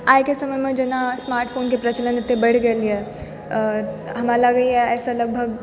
आइके समयमे जेना स्मार्ट फोनके प्रचलन अते बढ़ि गेल यऽ हमरा लागइए आइसँ लगभग